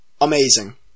Amazing